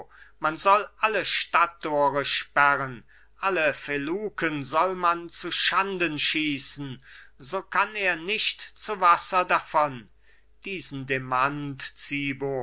man soll alle stadttore sperren alle feluken soll man zuschanden schießen so kann er nicht zu wasser davon diesen demant zibo